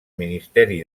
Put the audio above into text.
ministeri